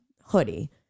hoodie